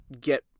Get